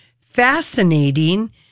fascinating